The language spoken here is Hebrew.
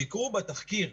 שיקרו בתחקיר.